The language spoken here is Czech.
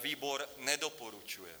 Výbor nedoporučuje.